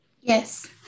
Yes